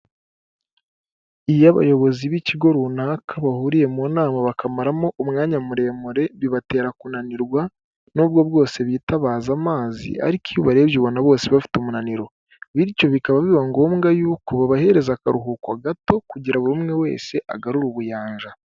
Iyo abayobozi b'ikigo runaka bahuriye mu nama bakamaramo umwanya muremure bibatera kunanirwa n'u bwose bitabaza amazi ariko iyo ubarebye ubona bose bafite umunaniro bityo bikaba biba ngombwa yuko babahereza akaruhuko gato kugira buri umwe wese agarure ubuyanja.